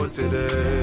today